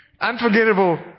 Unforgettable